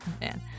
Man